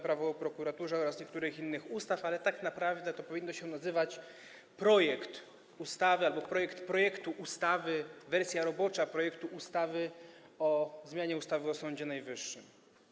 Prawo o prokuraturze oraz niektórych innych ustaw, ale tak naprawdę to powinno się nazywać projektem ustawy albo projektem projektu ustawy, wersją roboczą projektu ustawy o zmianie ustawy o Sądzie Najwyższym.